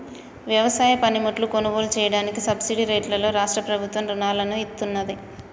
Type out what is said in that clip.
వ్యవసాయ పనిముట్లు కొనుగోలు చెయ్యడానికి సబ్సిడీ రేట్లలో రాష్ట్ర ప్రభుత్వం రుణాలను ఇత్తన్నాది